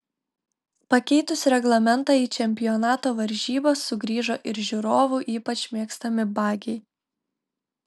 pakeitus reglamentą į čempionato varžybas sugrįžo ir žiūrovų ypač mėgstami bagiai